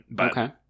Okay